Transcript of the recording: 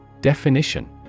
Definition